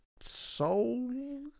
soul